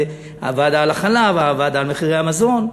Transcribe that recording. והוועדה על החלב והוועדה על מחירי המזון.